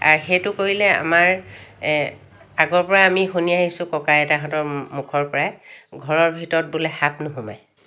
R সেইটো কৰিলে আমাৰ আগৰ পৰাই আমি শুনি আহিছোঁ ককা আইতাহঁতৰ মুখৰ পৰাই ঘৰৰ ভিতৰত বোলে সাপ নোসোমায়